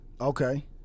Okay